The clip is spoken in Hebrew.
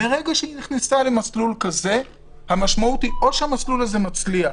מרגע שהיא נכנסה למסלול הזה המשמעות היא: או שהמסלול הזה מצליח